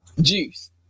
Juice